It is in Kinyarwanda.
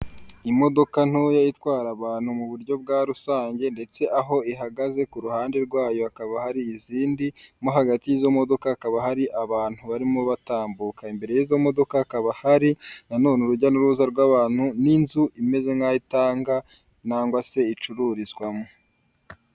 Imodoka ntoya itwara abantu mu buryo bwa rusange ndetse aho ihagaze ku ruhande rwayo hakaba hari izindi, mo hagati y'izo modoka hakaba hari abantu barimo batambuka. Imbere y'izo modoka hakaba hari nanone urujya n'uruza rw'abantu, n'inzu imeze nk'ayo itanga cyangwa se icururizwamo.